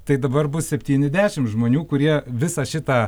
tai dabar bus septyni dešim žmonių kurie visą šitą